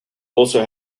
also